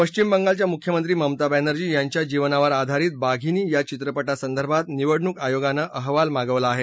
पश्विम बंगालच्या मुख्यमंत्री ममता बॅनर्जी यांच्या जीवनावर आधारित बाधिनी या चित्रपटासंदर्भात निवडणूक आयोगानं अहवाल मागवला आहे